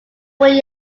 royale